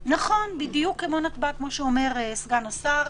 נכון, בדיוק כמו נתב"ג, כמו שאומר סגן השר,